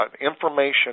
information